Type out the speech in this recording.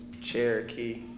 Cherokee